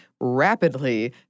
rapidly